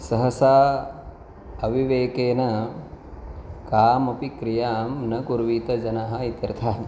सहसा अविवेकेन कामपि क्रियां न कुर्वीत जनाः इति अर्थः